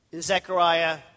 Zechariah